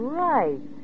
right